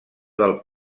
del